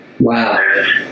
Wow